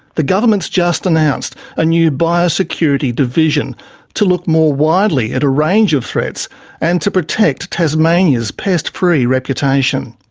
the government's just announced a new biosecurity division to look more widely at a range of threats and to protect tasmania's pest-free reputation.